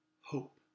Hope